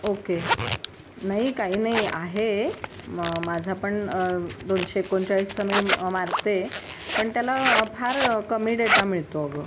okay नाही काही नाही आहे मग माझं पण दोनशे एकोणचाळीसचं मी मारते पण त्याला फार कमी डेटा मिळतो अगं